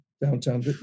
downtown